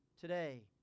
today